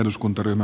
tack